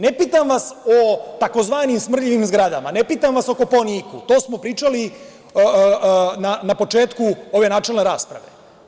Ne pitam vas o tzv. smrdljivim zgradama, ne pitam vas o Kopaoniku, to smo pričali na početku ove načelne rasprave.